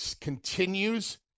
continues